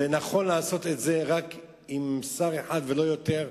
נכון לעשות את זה רק עם שר אחד ולא יותר,